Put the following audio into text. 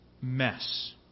mess